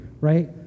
right